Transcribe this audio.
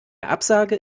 absage